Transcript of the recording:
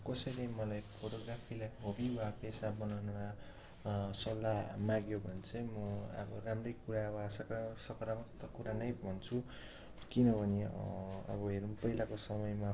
कसैले मलाई फोटोग्राफीलाई हबी वा पेसा बनाउनुमा सल्लाह माग्यो भने चाहिँ म अब राम्रै कुरामा सकारात्मक कुरा नै भन्छु किनभने अब हेरौँ पहिलाको समयमा